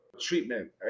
treatment